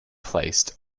placed